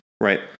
Right